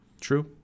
True